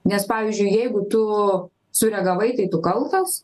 nes pavyzdžiui jeigu tu sureagavai tu kaltas